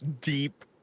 deep